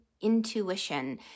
intuition